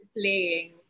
Playing